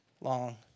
long